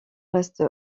reste